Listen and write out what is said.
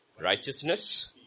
righteousness